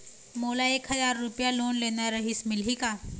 मोला एक हजार रुपया लोन लेना रीहिस, मिलही का?